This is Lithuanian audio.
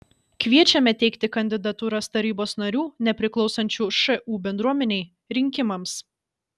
kviečiame teikti kandidatūras tarybos narių nepriklausančių šu bendruomenei rinkimams